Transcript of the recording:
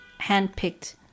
handpicked